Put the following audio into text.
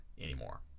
anymore